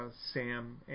Sam